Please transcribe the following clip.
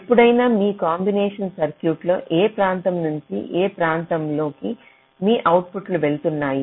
ఎప్పుడైనా మీ combination circuit లో ఏ ప్రాంతం నుంచి ఏ ప్రాంతంలో కి మీ ఔట్పుట్లు వెళుతున్నాయి